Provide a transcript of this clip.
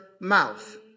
mouth